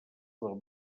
dels